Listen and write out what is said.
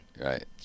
Right